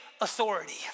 authority